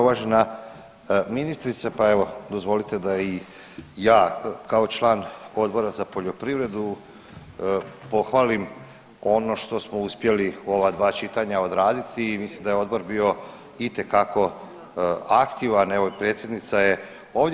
Uvažena ministrice, pa evo dozvolite da i ja kao član Odbora za poljoprivredu pohvalim ono što smo uspjeli u ova dva čitanja odraditi i mislim da je odbor bio itekako aktivan, evo i predsjednica je ovdje.